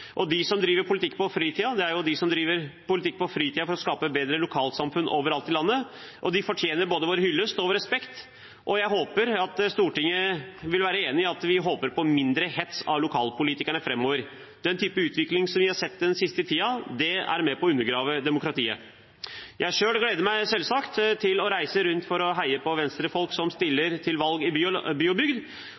De som driver med politikk på fritiden for å skape bedre lokalsamfunn overalt i landet, fortjener både vår hyllest og vår respekt. Jeg håper Stortinget vil være enig i ønsket om mindre hets av lokalpolitikerne framover. Den typen utvikling vi har sett den siste tiden, er med på å undergrave demokratiet. Selv gleder jeg meg selvsagt til å reise rundt for å heie på Venstre-folk som stiller til valg i by